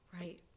right